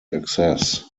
access